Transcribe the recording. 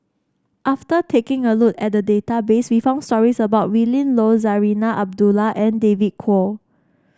after taking a look at the database we found stories about Willin Low Zarinah Abdullah and David Kwo